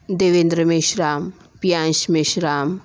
Devendra Meshram Payansh Meshram